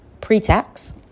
pre-tax